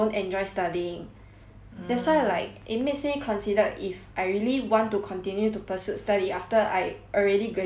that's why like it makes me considered if I really want to continue to pursuit study after I already graduate the basic poly